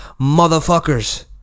motherfuckers